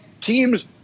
teams